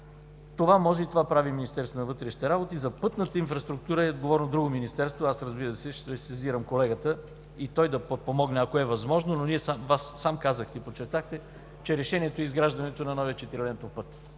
Това може и това прави Министерството на вътрешните работи. За пътната инфраструктура е отговорно друго министерство. Разбира се, ще сезирам колегата и той да подпомогне, ако е възможно, но Вие сам казахте и подчертахте, че решението е изграждането на новия четирилентов път.